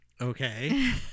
Okay